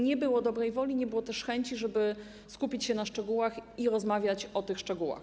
Nie było dobrej woli, nie było też chęci, żeby skupić się na szczegółach i rozmawiać o szczegółach.